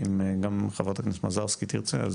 וגם אם חברת הכנסת מזרסקי תרצה,